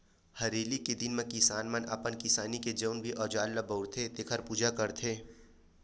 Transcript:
हरेली के दिन म किसान मन अपन किसानी के जेन भी अउजार ल बउरथे तेखर पूजा करथे